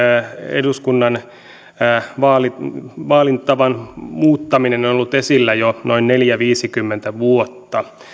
eduskunnan vaalitavan muuttaminen on ollut esillä jo noin neljäkymmentä viiva viisikymmentä vuotta